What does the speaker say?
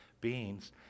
beings